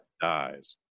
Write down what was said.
dies